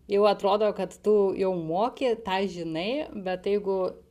jau atrodo kad tu jau moki tą žinai bet jeigu